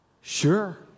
Sure